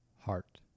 heart